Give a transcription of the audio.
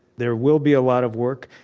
there will be a lot of work.